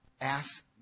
Ask